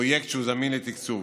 פרויקט שהוא זמין לתקצוב.